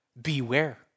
Beware